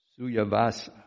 Suyavasa